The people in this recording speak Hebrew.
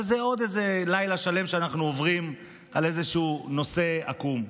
אבל זה עוד איזה לילה שלם שאנחנו עוברים על איזשהו נושא עקום.